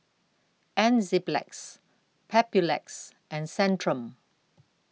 Enzyplex Papulex and Centrum